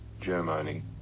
Germany